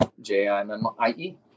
J-I-M-I-E